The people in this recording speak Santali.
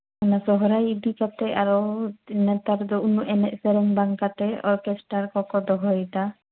ᱚᱱᱟ ᱥᱚᱦᱨᱟᱭ ᱤᱫᱤ ᱠᱟᱛᱮ ᱟᱨᱚ ᱱᱮᱛᱟᱨ ᱫᱚ ᱩᱱᱟᱹᱜ ᱮᱱᱮᱡ ᱥᱮᱨᱮᱧ ᱵᱟᱝ ᱠᱟᱛᱮ ᱚᱨᱠᱮᱥᱴᱟᱨ ᱠᱚ ᱠᱚ ᱫᱚᱦᱚᱭᱮᱫᱟ